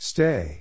Stay